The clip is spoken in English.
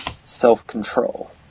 self-control